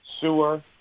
sewer